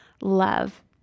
love